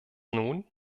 nun